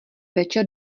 večer